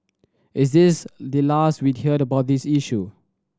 is this the last we'd hear about this issue